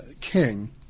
King –